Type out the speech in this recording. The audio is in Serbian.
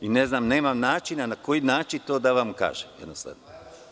Ne znam, nemam načina na koji način to da vam kažem, jednostavno.